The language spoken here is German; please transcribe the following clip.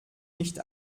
nicht